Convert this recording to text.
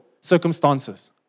circumstances